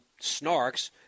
snarks